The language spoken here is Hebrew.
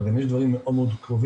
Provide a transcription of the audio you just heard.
אבל גם יש דברים מאוד מורכבים,